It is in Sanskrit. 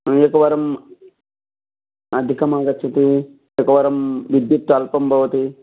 एकवारम् अधिकमागच्छति एकवारं विद्युत् अल्पं भवति